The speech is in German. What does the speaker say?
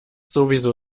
sowieso